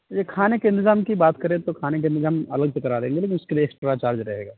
جی کھانے کے انتظام کی بات کریں تو کھانے کا انتظام الگ سے کرا دیں گے لیکن اُس کے لیے ایکسٹرا چارج رہے گا